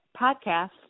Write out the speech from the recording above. podcast